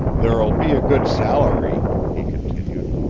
there'll be a good salary, he continued.